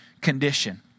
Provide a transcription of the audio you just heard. Condition